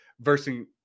versus